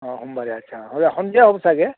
অ' সোমবাৰে আচ্ছা সন্ধিয়া হ'ব চাগে